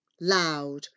loud